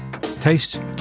Taste